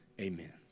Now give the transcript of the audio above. amen